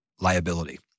liability